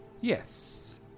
Yes